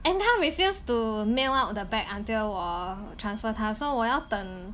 and 她 refuse to mail out the bag until 我 transfer 她 so 我要等